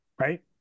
Right